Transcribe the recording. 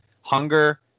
hunger